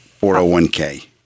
401k